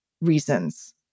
reasons